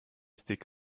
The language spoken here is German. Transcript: stick